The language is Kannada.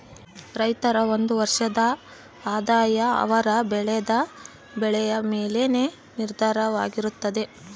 ರೈತರ ಒಂದು ವರ್ಷದ ಆದಾಯ ಅವರು ಬೆಳೆದ ಬೆಳೆಯ ಮೇಲೆನೇ ನಿರ್ಧಾರವಾಗುತ್ತದೆ